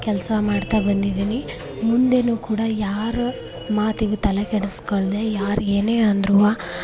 ಕೆಲಸ ಮಾಡ್ತಾ ಬಂದಿದ್ದೀನಿ ಮುಂದೆಯೂ ಕೂಡ ಯಾರ ಮಾತಿಗೆ ತಲೆ ಕೆಡಿಸ್ಕೊಳ್ದೆ ಯಾರು ಏನೇ ಅಂದ್ರೂ